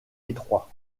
étroit